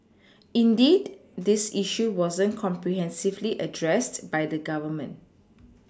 indeed this issue wasn't comprehensively addressed by the Government